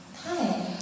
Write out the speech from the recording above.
Hi